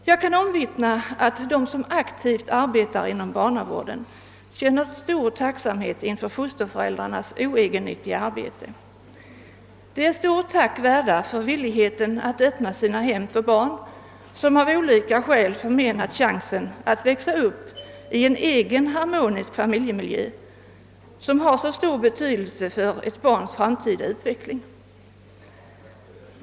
Jag kan omvittna att de som aktivt arbetar inom barnavården känner stor tacksamhet inför fosterföräldrarnas oegennyttiga arbete. Dessa är stor tack värda för villigheten att öppna sina hem för barn som av olika skäl förmenats chansen att växa upp i en egen harmonisk familjemiljö, som har så stor betydelse för ett barns framtida utveckling.